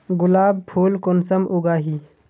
गुलाब फुल कुंसम उगाही?